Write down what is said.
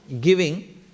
giving